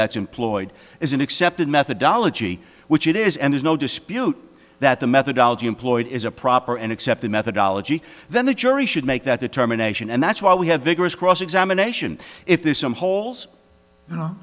that's employed is an accepted methodology which it is and there's no dispute that the methodology employed is a proper and accept the methodology then the jury should make that determination and that's why we have vigorous cross examination if there's some holes